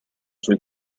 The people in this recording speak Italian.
sui